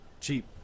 Cheap